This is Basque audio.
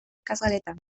ikasgeletan